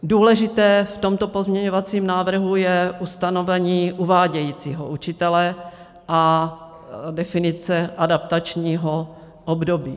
Důležité v tomto pozměňovacím návrhu je ustanovení uvádějícího učitele a definice adaptačního období.